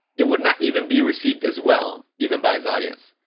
it would not even be received as well even by his audience.